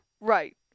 Right